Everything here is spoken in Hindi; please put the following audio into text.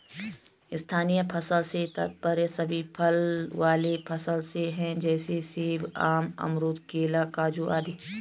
स्थायी फसल से तात्पर्य सभी फल वाले फसल से है जैसे सेब, आम, अमरूद, केला, काजू आदि